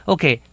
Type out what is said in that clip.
Okay